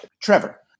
Trevor